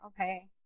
okay